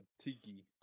Tiki